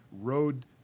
road